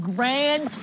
Grand